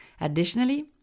Additionally